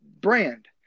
brand